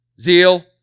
zeal